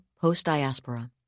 Post-Diaspora